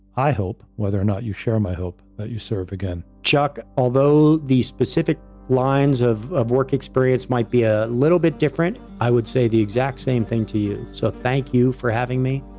i hope, whether or not you share my hope, that you serve again. chuck, although the specific lines of of work experience might be a little bit different, i would say the exact same thing to you. so, thank you for having me.